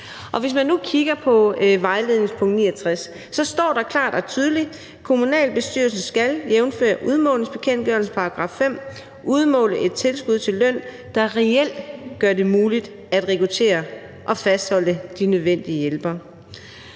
Hvis man nu kigger på vejledningens punkt 69, ser man, at der klart og tydeligt står, at kommunalbestyrelsen jævnfør udmålingsbekendtgørelsens § 5 skal udmåle et tilskud til løn, der reelt gør det muligt at rekruttere og fastholde de nødvendige hjælpere.